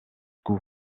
coup